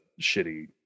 shitty